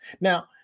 Now